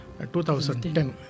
2010